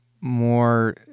more